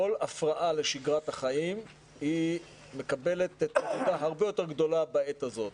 כל הפרעה לשגרת החיים מקבלת תהודה הרבה יותר גדולה בעת הזאת.